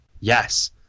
yes